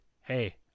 hey